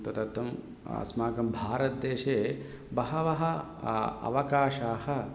तदर्थम् अस्माकं भारतदेशे बहवः अवकाशाः